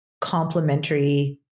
complementary